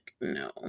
no